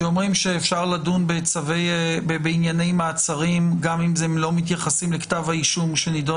שאפשר לדון בענייני מעצרים גם אם לא מתייחסים לכתב האישום שנדון